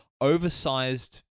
oversized